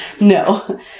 No